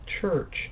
church